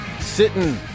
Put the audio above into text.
sitting